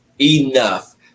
enough